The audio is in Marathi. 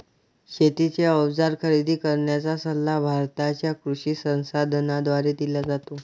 शेतीचे अवजार खरेदी करण्याचा सल्ला भारताच्या कृषी संसाधनाद्वारे दिला जातो